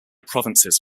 provinces